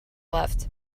left